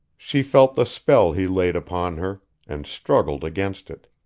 she felt the spell he laid upon her, and struggled against it.